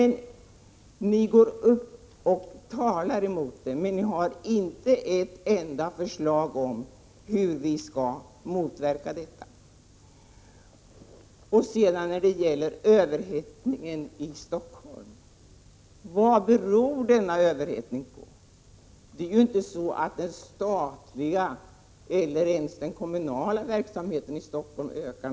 Ni talar emot sådana saker, men ni har inte ett enda förslag om hur vi skall motverka en sådan här utveckling. Så något om överhettningen i Stockholm. Vad beror denna överhettning på? Den statliga verksamheten i Stockholm utökas faktiskt inte särskilt mycket — inte ens den kommunala verksamheten utökas.